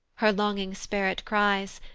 her longing spirit cries,